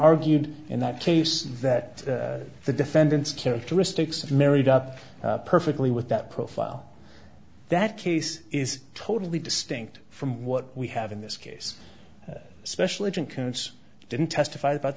argued in that case that the defendant's characteristics of married up perfectly with that profile that case is totally distinct from what we have in this case special agent koontz didn't testify about